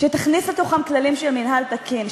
שתכניס לתוכם כללים של מינהל תקין,